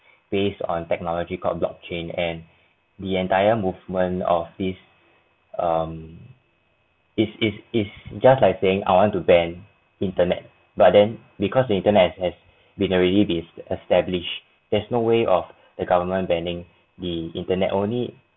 based on technology called blockchain and the entire movement of this um is is is just like saying I want to ban internet but then because the internet has been already based establish there's no way of the government banning the internet only